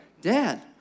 dad